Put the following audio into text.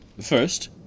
First